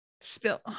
Spill